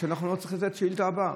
כדי שלא נצטרך לתת את השאילתה הבאה.